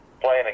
playing